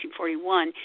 1941